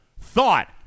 thought